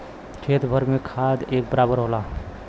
खेत भर में खाद एक बराबर होला